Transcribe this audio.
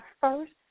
first